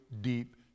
deep